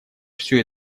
все